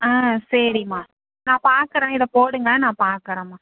ஆ சரிம்மா நான் பார்க்குறேன் இதை போடுங்கள் நான் பார்க்குறேம்மா